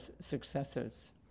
successors